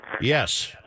Yes